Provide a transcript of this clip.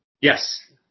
Yes